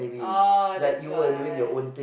oh that's why